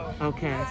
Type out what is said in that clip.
Okay